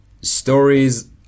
stories